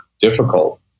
difficult